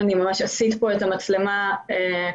ההגעה לבריכות הטיפוליות מצריכה הגעה ברכב.